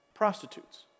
Prostitutes